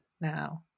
now